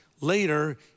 later